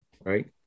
Right